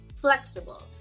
flexible